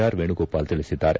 R Venugopal ತಿಳಿಸಿದ್ದಾರೆ